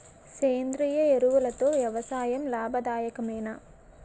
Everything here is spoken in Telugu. సేంద్రీయ ఎరువులతో వ్యవసాయం లాభదాయకమేనా?